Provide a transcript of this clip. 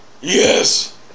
Yes